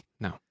no